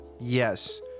yes